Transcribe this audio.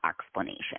explanation